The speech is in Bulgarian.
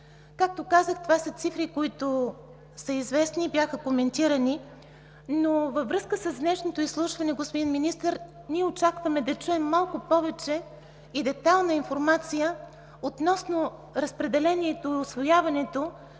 Както казах, това са цифри, които са известни и бяха коментирани. Във връзка с днешното изслушване, господин Министър, ние очакваме да чуем малко повече и детайлна информация относно разпределението и усвояването